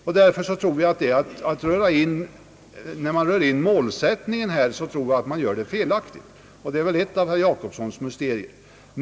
Jag tror därför att man här för in målsättningen på ett felaktigt sätt, och det är väl ett av herr Gösta Jacobssons mysterier.